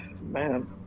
man